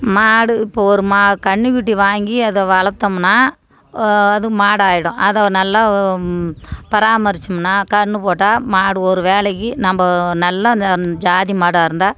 மாடு இப்போது ஒரு மா கன்றுகுட்டி வாங்கி அதை வளர்த்தம்னா அது மாடாயிடும் அதை நல்லா பராமரித்தம்னா கன்றுப் போட்டால் மாடு ஒரு வேலைக்கு நம்ம நல்ல அந்த ஜாதி மாடாக இருந்தால்